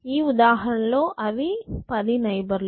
ఈ ఉదాహరణలో అవి 10 నైబర్ లు